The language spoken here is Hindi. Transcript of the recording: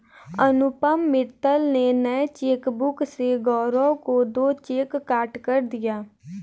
अनुपम मित्तल ने नए चेकबुक से गौरव को दो चेक काटकर दिया